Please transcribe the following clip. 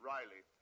Riley